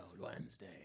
Wednesday